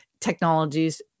technologies